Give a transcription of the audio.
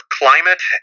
climate